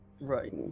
Right